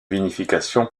vinification